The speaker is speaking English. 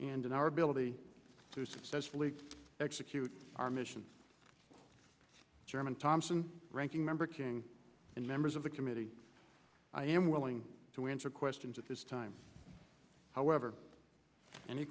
and in our ability to successfully execute our missions german thompson ranking member king and members of the committee i am willing to answer questions at this time however any